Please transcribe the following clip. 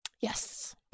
Yes